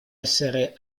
essere